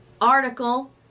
article